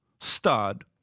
stud